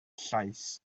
llaes